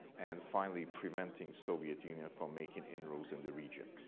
and finally preventing soviet union from making inroads in the region.